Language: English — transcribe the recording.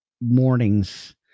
mornings